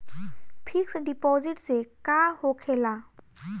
Fix deposit से का होखे ला?